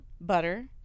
butter